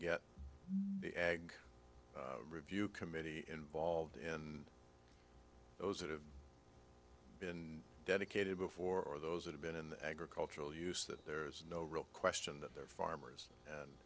get the ag review committee involved in those that have been dedicated before those that have been in the agricultural use that there is no real question that they're farmers and